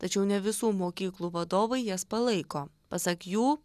tačiau ne visų mokyklų vadovai jas palaiko pasak jų